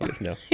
No